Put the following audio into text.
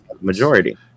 majority